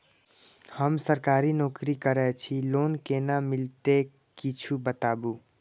हम सरकारी नौकरी करै छी लोन केना मिलते कीछ बताबु?